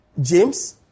James